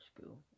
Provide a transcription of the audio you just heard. School